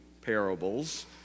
parables